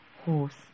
horse